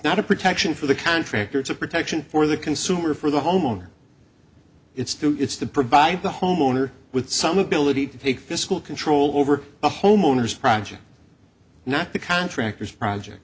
not a protection for the contractor it's a protection for the consumer for the homeowner it's true it's to provide the homeowner with some ability to take physical control over the homeowners project not the contractors project